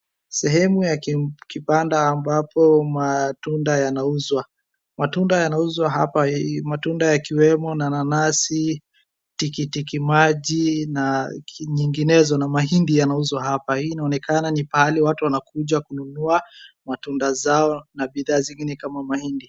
Sehemu ya kibanda ambapo matundwa yanauzwa. Matunda yanauzwa hapa, matunda yakiwemo nanasi, tikiti maji na nyinginezo, na mahindi yanauzwa hapa. Hii inaonekana ni pahali watu wanakuja kununua matunda zao na bidha zingine kama vile mahindi.